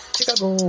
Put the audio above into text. Chicago